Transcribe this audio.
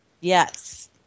Yes